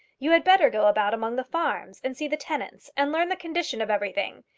you had better go about among the farms, and see the tenants, and learn the condition of everything.